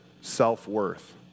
self-worth